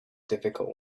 difficult